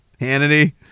Hannity